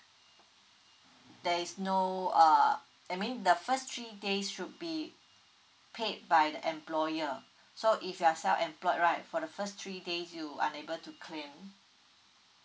there is no err I mean the first three days should be paid by the employer so if you are self employed right for the first three days you unable to claim